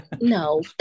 no